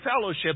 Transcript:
fellowship